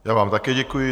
Já vám také děkuji.